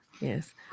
Yes